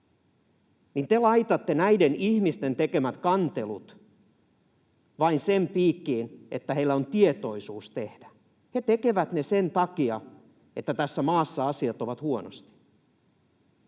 mutta te laitatte näiden ihmisten tekemät kantelut vain sen piikkiin, että heillä on tietoisuus tehdä. He tekevät ne sen takia, että tässä maassa asiat ovat huonosti.